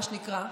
מה שנקרא,